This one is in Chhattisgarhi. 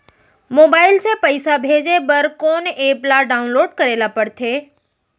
मोबाइल से पइसा भेजे बर कोन एप ल डाऊनलोड करे ला पड़थे?